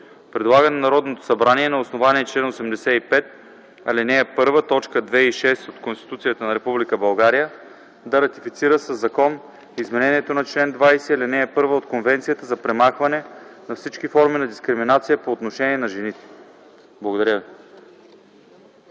Предлага на Народното събрание, на основание чл. 85, ал. 1, т. 2 и 6 от Конституцията на Република България да ратифицира със закон Изменението на чл. 20, ал. 1 от Конвенцията за премахване на всички форми на дискриминация по отношение на жените.” Благодаря